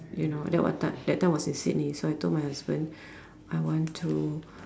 you know that were time that time was in Sydney so I told my husband I want to